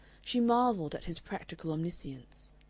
she marvelled at his practical omniscience.